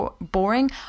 boring